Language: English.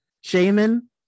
shaman